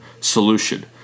solution